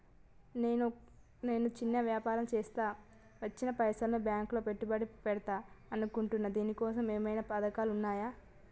నేను చిన్న వ్యాపారం చేస్తా వచ్చిన పైసల్ని బ్యాంకులో పెట్టుబడి పెడదాం అనుకుంటున్నా దీనికోసం ఏమేం పథకాలు ఉన్నాయ్?